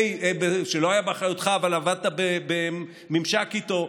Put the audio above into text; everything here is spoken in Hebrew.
שלא היה באחריותך אבל עבדת בממשק איתו,